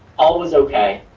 all was okay.